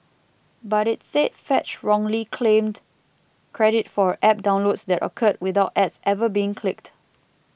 but it said Fetch wrongly claimed credit for App downloads that occurred without ads ever being clicked